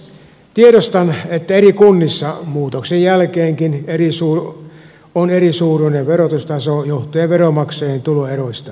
tiedostan että eri kunnissa muutoksen jälkeenkin on erisuuruinen verotustaso johtuen veronmaksajien tuloeroista